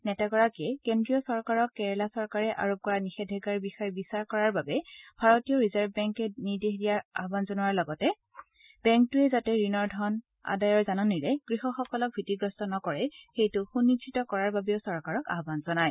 নেতাগৰাকীয়ে কেন্দ্ৰীয় চৰকাৰক কেৰালা চৰকাৰে আৰোপ কৰা নিষেধাজ্ঞাৰ বিষয়ে বিচাৰ কৰাৰ বাবে ভাৰতীয় ৰিজাৰ্ভ বেংকে নিৰ্দেশ দিয়াৰ আহান জনোৱাৰ লগতে বেংকটোৱে যাতে ঋণৰ ধন আদায়ৰ জাননীৰে কৃষকসকলক ভীতিগ্ৰস্ত নকৰে সেইটো সুনিশ্চিত কৰাৰ বাবেও চৰকাৰক আহান জনায়